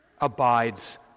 abides